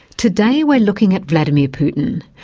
today, we're looking at vladimir putin,